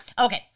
Okay